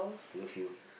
I love you